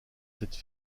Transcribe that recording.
cette